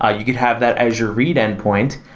ah you could have that as your read endpoint.